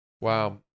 Wow